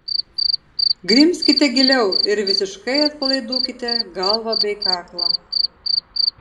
grimzkite giliau ir visiškai atpalaiduokite galvą bei kaklą